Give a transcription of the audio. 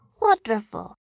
Wonderful